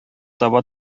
таба